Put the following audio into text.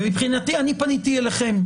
ואני מבחינתי פניתי אליכם.